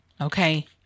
okay